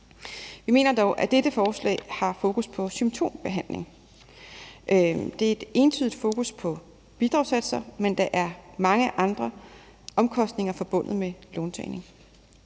Jeg mener dog, at dette forslag har fokus på symptombehandling. Det er et entydigt fokus på bidragssatser, men der er mange andre omkostninger forbundet med låntagning.